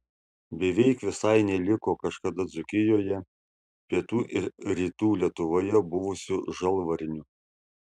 beveik visai neliko kažkada dzūkijoje pietų ir rytų lietuvoje buvusių žalvarnių